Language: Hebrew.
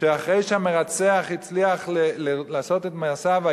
שאחרי שהמרצח הצליח לעשות את מעשיו במשפחת סנדלר,